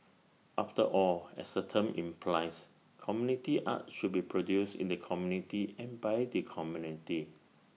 after all as the term implies community arts should be produced in the community and by the community